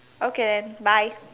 okay bye